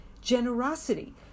generosity